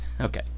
Okay